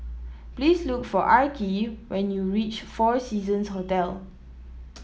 please look for Arkie when you reach Four Seasons Hotel